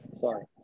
Sorry